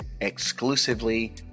exclusively